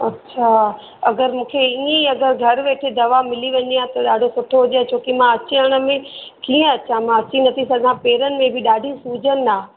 अच्छा अगरि मूंखे ईअं ई अगरि घर वेठे दवा मिली वञे या त ॾाढो सुठे हुजे छोकी मां अची वञनि में कीअं अचां मां अची नथी सघां पेरनि में बि ॾाढी सूजनि आहे